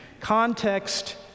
Context